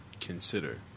consider